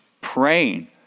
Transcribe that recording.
praying